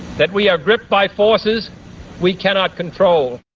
that we are gripped by forces we cannot control.